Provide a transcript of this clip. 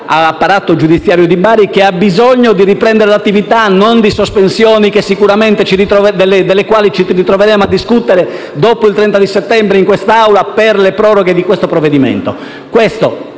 all'apparato giudiziario di Bari, che ha bisogno di riprendere l'attività, non di sospensioni delle quali ci troveremo sicuramente a discutere dopo il 30 settembre in quest'Aula per le proroghe di questo provvedimento.